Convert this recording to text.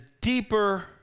deeper